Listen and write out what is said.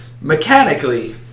mechanically